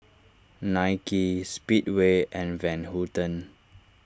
Nike Speedway and Van Houten